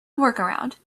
workaround